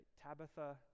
Tabitha